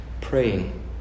praying